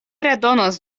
redonos